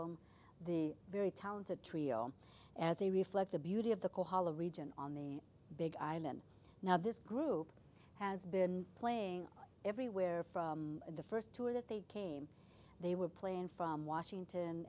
him the very talented trio as they reflect the beauty of the kohala region on the big island now this group has been playing everywhere from the first tour that they came they were playing from washington